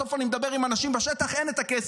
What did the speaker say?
בסוף כשאני מדבר עם אנשים בשטח, אין את הכסף.